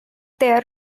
there